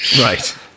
right